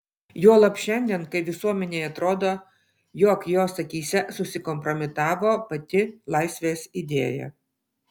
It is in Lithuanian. juolab šiandien kai visuomenei atrodo jog jos akyse susikompromitavo pati laisvės idėja